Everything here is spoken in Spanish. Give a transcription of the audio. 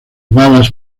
balas